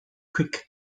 quick